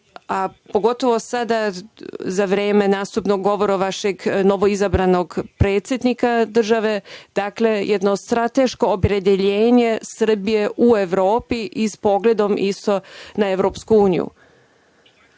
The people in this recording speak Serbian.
pogotovo sada za vreme nastupnog govora vašeg novoizabranog predsednika države, dakle, jedno strateško opredeljenje Srbije u Evropi s pogledom na EU.Ja želim,